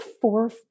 four